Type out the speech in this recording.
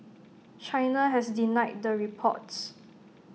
China has denied the reports